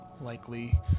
likely